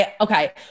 Okay